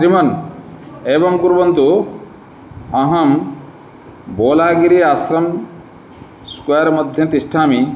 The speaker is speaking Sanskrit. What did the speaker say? श्रीमान् एवं कुर्वन्तु अहं बोलागिरि आसन् स्क्वेर् मध्ये तिष्ठामि